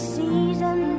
season